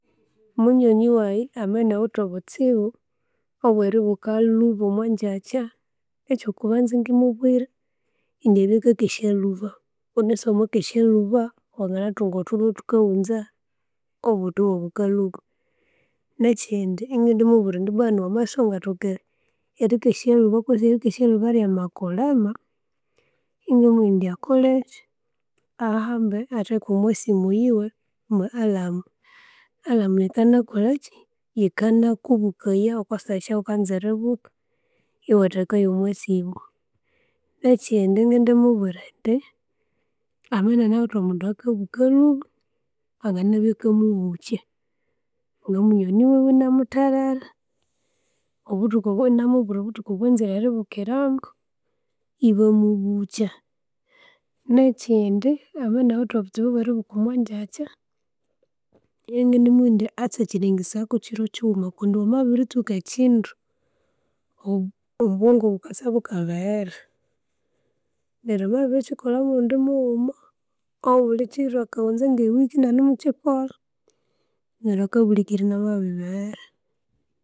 Munywani waghe amabya inawithe obutsibu obweribuka lhuba omwongyacha, ekyokubanza iningemubwira indi abye akakesya lhuba ghunasi wamakesya lhuba wanganathunga othulho othukaghunza obundi iwabukha lhuba. Nekindi ingindimubwira indi bwanu wamabya isiwangathoka erikesya lhuba kwesi erikesya lhuba rya makulema iningimubwira indi akholeki? Ahambe atheke omwa siimu yiwe mwe allamu. Allamu yikanakolaki? Yikana kubukaya okwa saha ghukanza eribuka iwatheka yomwa'siimu. Echindi ingindimubwira indi amabya inanawithe omundu oyukabukha lhuba anganabya akamubucha nga munywani ghuwe inamuterera obuthuku obwo inamubwira obuthuku anzire eribukiramu ibamubucha. Nechindi amabya inawithe obutsibu obweribuka omwanjacha iningimubwira indi asachilengesaya ku chiro kighuma kundi wamabiri tsuka echindu obwongo bukasa bukabeghera. Neryu bwabiri kikolha murundi mughuma, obuli kiro akaghunza nge'ewiki inanimuchikola, neryu akabulhikira inamabiribeghera.